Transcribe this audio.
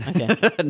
Okay